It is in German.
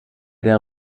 der